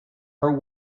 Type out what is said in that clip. her